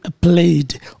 played